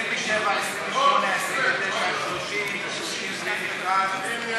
27, 28, 29, 30,